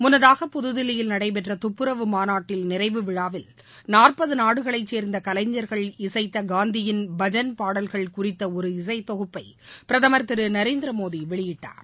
முன்னதாக புதுதில்லியில் நடைபெற்ற துப்புரவு மாநாட்டில் நிறைவு விழாவில் நாற்பது நாடுகளைச்சேர்ந்த கலைஞர்கள் இசைத்த காந்தியின் பஜன் பாடல்கள் குறித்த ஒரு இசை தொகுப்பை பிரதமர் திரு நரேந்திரமோடி வெளியிட்டார்